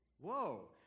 Whoa